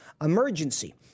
emergency